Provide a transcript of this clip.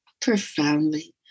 profoundly